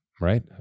right